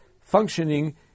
functioning